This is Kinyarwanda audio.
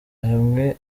hamwe